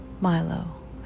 Milo